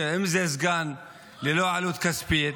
אם זה סגן ללא עלות כספית,